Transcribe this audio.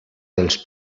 dels